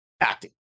acting